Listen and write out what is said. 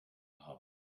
haben